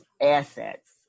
assets